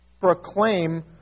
proclaim